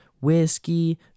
whiskey